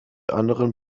anderen